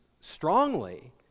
strongly